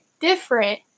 different